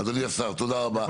אדוני השר תודה רבה.